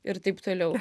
ir taip toliau